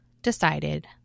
decided